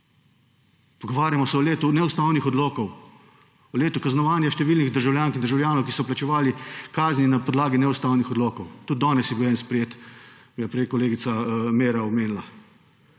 pogovarjamo se o letu neustavnih odlokov, o letu kaznovanja številnih državljank in državljanov, ki so plačevali kazni na podlagi neustavnih odlokov. Tudi danes je bil en sprejet, je prej kolegica Meira omenila.